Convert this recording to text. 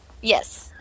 Yes